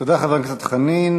תודה, חבר הכנסת חנין.